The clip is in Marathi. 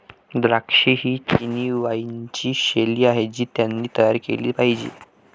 द्राक्षे ही चिनी वाइनची शैली आहे जी त्यांनी तयार केली पाहिजे